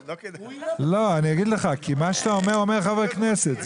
כי מה שאתה אומר אומרים חברי כנסת.